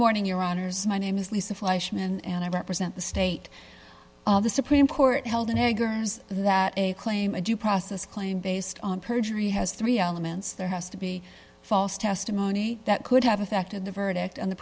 morning your honour's my name is lisa fleishman and i represent the state of the supreme court held in eggers that claim a due process claim based on perjury has three elements there has to be false testimony that could have affected the verdict and the